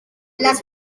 les